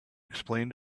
explain